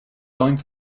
going